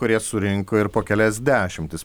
kurie surinko ir po kelias dešimtis